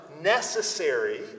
necessary